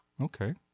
Okay